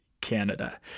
Canada